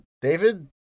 David